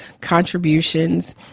contributions